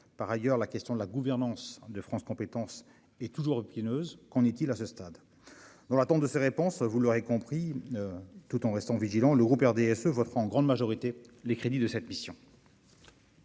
par ailleurs, la question de la gouvernance de France compétences et toujours épineuse qu'on est-il à ce stade, dans l'attente de ces réponses, vous l'aurez compris, tout en restant vigilant le groupe RDSE voteront en grande majorité les crédits de cette mission.